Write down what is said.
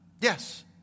Yes